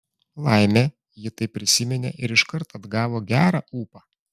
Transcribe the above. laimė ji tai prisiminė ir iškart atgavo gerą ūpą